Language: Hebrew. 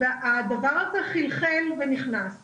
והדבר הזה חלחל ונכנס למוח.